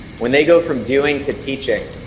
when they go from doing to teaching,